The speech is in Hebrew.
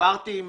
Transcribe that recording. דיברתי עם